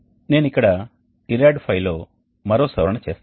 నేను ఇక్కడ IRRAD ఫైల్లో మరో సవరణ చేస్తాను